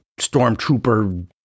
stormtrooper